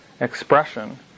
expression